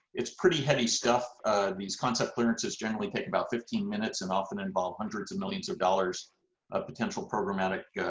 it's pretty heady stuff these concept clearances generally take about fifteen minutes and often involve hundreds of millions of dollars of potential programmatic